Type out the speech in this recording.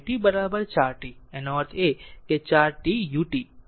અને એનો અર્થ એ કે 4 t ut અને ut 3 રજૂ કરી શકે છે